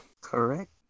Correct